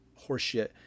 horseshit